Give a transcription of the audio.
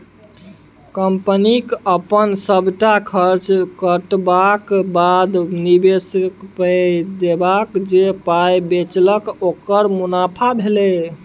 कंपनीक अपन सबटा खर्च कटबाक बाद, निबेशककेँ पाइ देबाक जे पाइ बचेलक ओकर मुनाफा भेलै